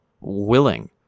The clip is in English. willing